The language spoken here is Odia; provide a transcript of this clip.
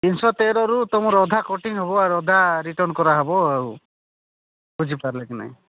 ତିନିଶହ ତେରରୁ ତମ ଅଧା କଟିଂ ହବ ଆଉ ଅଧା ରିଟର୍ଣ୍ଣ କରାହବ ଆଉ ବୁଝିପାରିଲେ କି ନାହିଁ